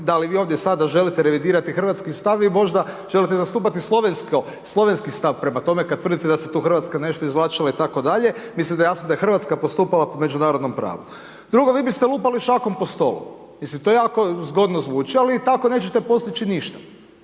da li vi ovdje sada želite revidirati hrvatski stav i možda želite zastupati slovensko, slovenski stav prema tome kad tvrdite da se tu Hrvatska tu nešto izvlačila itd., mislim da je jasno da je Hrvatska postupala po međunarodnom pravu. Drugo vi biste lupali šakom po stolu, mislim to jako zgodno zvuči, ali i tako nećete postići ništa.